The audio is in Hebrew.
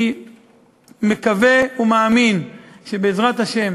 אני מקווה ומאמין שבעזרת השם